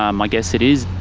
um i guess it is.